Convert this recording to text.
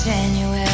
January